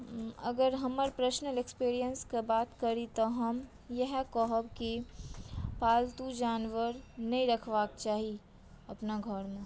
अगर हमर पर्सनल एक्सपीरियेन्सकेँ बात करी तऽ हम इएह कहब कि पालतू जानवर नहि रखबाक चाही अपना घरमे